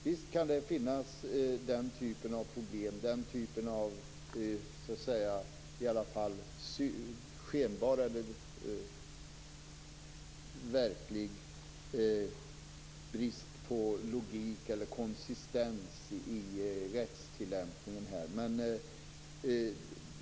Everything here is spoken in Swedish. Visst kan det finnas den typen av problem och den typen av skenbar eller verklig brist på logik eller konsistens i rättstillämpningen här.